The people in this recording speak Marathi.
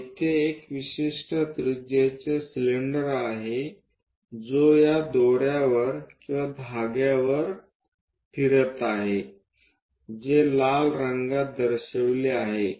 तर येथे एक विशिष्ट त्रिज्याचे सिलेंडर आहे जो या दोर्यावर किंवा धागावर फिरत आहे जे लाल रंगात दर्शविले आहेत